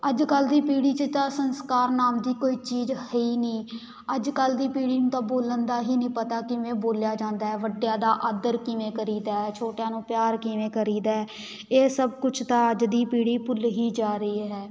ਅੱਜ ਕੱਲ੍ਹ ਦੀ ਪੀੜ੍ਹੀ 'ਚ ਤਾਂ ਸੰਸਕਾਰ ਨਾਮ ਦੀ ਕੋਈ ਚੀਜ਼ ਹੈ ਹੀ ਨਹੀਂ ਅੱਜ ਕੱਲ੍ਹ ਦੀ ਪੀੜ੍ਹੀ ਨੂੰ ਤਾਂ ਬੋਲਣ ਦਾ ਹੀ ਨਹੀਂ ਪਤਾ ਕਿਵੇਂ ਬੋਲਿਆ ਜਾਂਦਾ ਵੱਡਿਆਂ ਦਾ ਆਦਰ ਕਿਵੇਂ ਕਰੀਦਾ ਛੋਟਿਆਂ ਨੂੰ ਪਿਆਰ ਕਿਵੇਂ ਕਰੀਦਾ ਇਹ ਸਭ ਕੁਛ ਤਾਂ ਅੱਜ ਦੀ ਪੀੜ੍ਹੀ ਭੁੱਲ ਹੀ ਜਾ ਰਹੀ ਹੈ